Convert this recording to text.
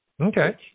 okay